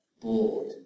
Bored